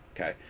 Okay